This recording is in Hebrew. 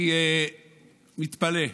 אני מתפלא.